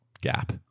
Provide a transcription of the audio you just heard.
gap